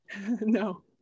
No